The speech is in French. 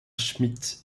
schmitt